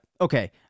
Okay